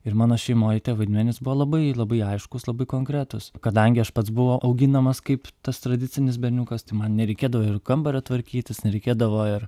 ir mano šeimoje tie vaidmenys buvo labai labai aiškūs labai konkretūs kadangi aš pats buvau auginamas kaip tas tradicinis berniukas tai man nereikėdavo ir kambario tvarkytis nereikėdavo ir